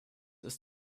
ist